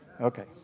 Okay